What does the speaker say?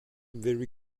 very